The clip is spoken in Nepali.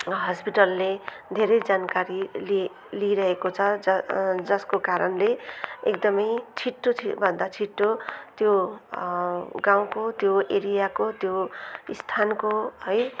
हस्पिटलले धेरै जानकारी लि लिइरहेको छ ज जसको कारणले एकदमै छिट्टोभन्दा छिट्टो त्यो गाउँको त्यो एरियाको त्यो स्थानको है